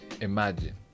imagine